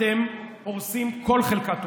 אתם הורסים כל חלקה טובה.